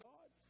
God